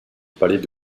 palais